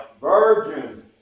Virgin